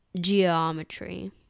geometry